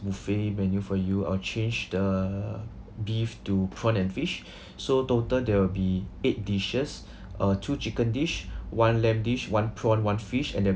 buffet menu for you I'll change the beef to prawn and fish so total there will be eight dishes uh two chicken dish one lamb dish one prawn one fish and then